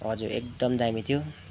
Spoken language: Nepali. हजुर एकदम दामी थियो